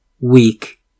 weak